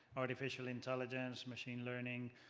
artificial intelligence, machine learning,